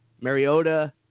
Mariota